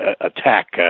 attack